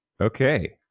Okay